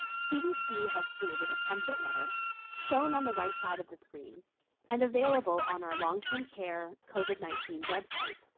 cdc has created a template letter shown on the right side of the screen and available on our long-term care covid nineteen website